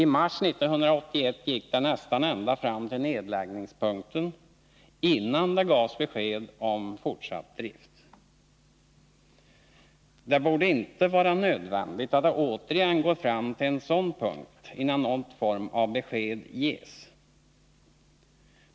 I mars 1981 gick det nästan ända fram till nedläggningspunkten innan det gavs besked om fortsatt drift. Det borde inte vara nödvändigt att det återigen går fram till en sådan punkt innan någon form av besked ges.